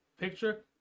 picture